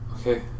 Okay